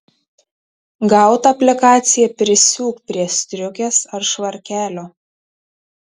gautą aplikaciją prisiūk prie striukės ar švarkelio